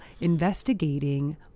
investigating